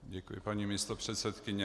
Děkuji, paní místopředsedkyně.